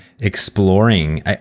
exploring